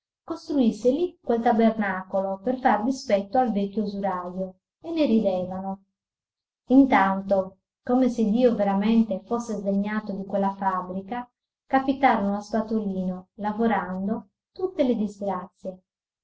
costruisse lì quel tabernacolo per far dispetto al vecchio usurajo e ne ridevano intanto come se dio veramente fosse sdegnato di quella fabbrica capitarono a spatolino lavorando tutte le disgrazie